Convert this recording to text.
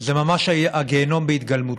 זה ממש הגיהינום בהתגלמותו.